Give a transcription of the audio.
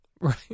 right